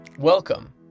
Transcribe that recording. Welcome